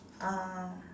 uh